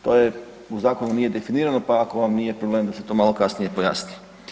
To je u zakonu nije definirano, pa ako vam nije problem da se to malo kasnije pojasni.